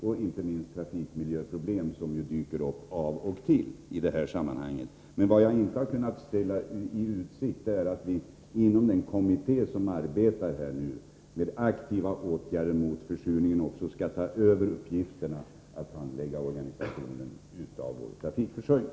Inte minst gäller detta trafikmiljöproblemen, som i det här sammanhanget dyker upp då och Om ökade järndå. Vad jag inte har kunnat ställa i utsikt är att vi inom den kommitté som vägstransporter för arbetar med aktiva åtgärder mot försurningen också skall ta över uppgiften — att minska luftföratt handlägga organisationen av vår trafikförsörjning.